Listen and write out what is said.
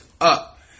up